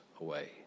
away